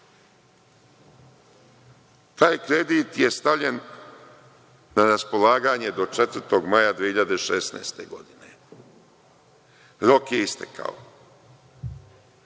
ono. Taj kredit je stavljen na raspolaganje do 4. maja 2016. godine. Rok je istekao.